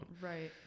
Right